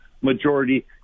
majority